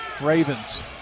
Ravens